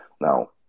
Now